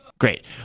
great